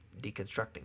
deconstructing